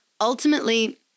Ultimately